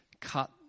cut